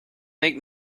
make